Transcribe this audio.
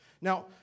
Now